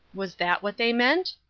was that what they meant?